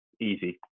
easy